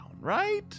right